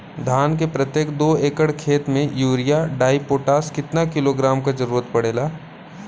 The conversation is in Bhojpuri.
धान के प्रत्येक दो एकड़ खेत मे यूरिया डाईपोटाष कितना किलोग्राम क जरूरत पड़ेला?